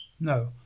no